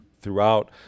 throughout